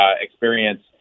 experience